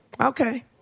Okay